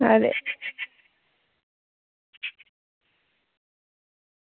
ते